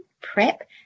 prep